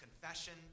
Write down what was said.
confession